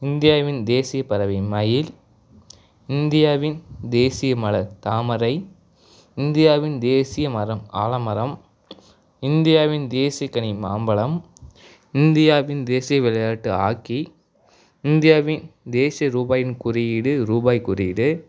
இந்தியாவின் தேசியப் பறவை மயில் இந்தியாவின் தேசிய மலர் தாமரை இந்தியாவின் தேசிய மரம் ஆலமரம் இந்தியாவின் தேசியக் கனி மாம்பழம் இந்தியாவின் தேசிய விளையாட்டு ஹாக்கி இந்தியாவின் தேசிய ரூபாயின் குறியீடு ரூபாய் குறியீடு